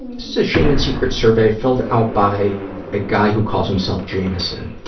so shame and secrets survey filled out by a guy who calls himself jamison,